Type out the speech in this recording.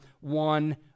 one